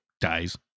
dies